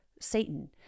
Satan